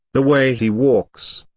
the way he walks?